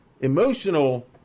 emotional